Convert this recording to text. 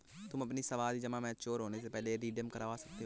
तुम अपनी सावधि जमा मैच्योर होने से पहले भी रिडीम करवा सकते हो